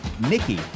Nikki